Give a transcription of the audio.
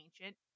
ancient